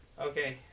Okay